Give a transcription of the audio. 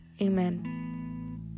Amen